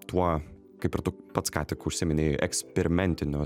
tuo kaip ir tu pats ką tik užsiminei eksperimentiniu